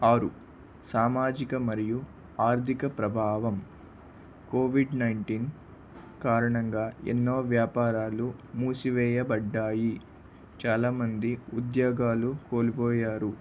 ఆరు సామాజిక మరియు ఆర్థిక ప్రభావం కోవిడ్ నైన్టీన్ కారణంగా ఎన్నో వ్యాపారాలు మూసివేయబడినాయి చాలామంది ఉద్యోగాలు కోల్పోయారు